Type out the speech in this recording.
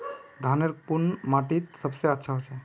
धानेर कुन माटित सबसे अच्छा होचे?